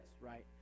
right